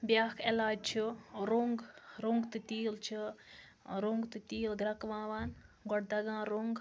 بیٛاکھ علاج چھُ رۄنٛگ رۄنٛگ تہٕ تیٖل چھُ ٲں رۄنٛگ تہٕ تیٖل گرٛیٚکناوان گۄڈٕ دَگان رۄنٛگ